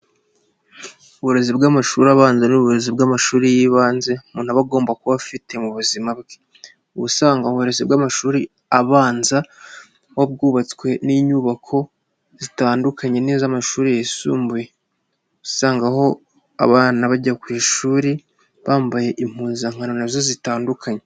Uburezi bw'amashuri abanza ni uburezi bw'amashuri y'ibanze umuntu aba agomba kuba afite mu buzima bwe, ubusanga mu burezi bw'amashuri abanza buba bwubatswe n'inyubako zitandukanye n'iz'amashuri yisumbuye usanga aho abana bajya ku ishuri bambaye impuzankano nazo zitandukanye.